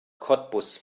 cottbus